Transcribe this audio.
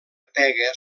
pega